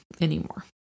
anymore